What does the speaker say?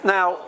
Now